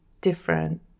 different